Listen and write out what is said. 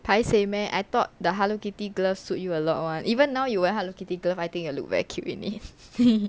paiseh meh I thought the hello kitty glove suit you a lot one even now you wear hello kitty glove I think you will look very cute in it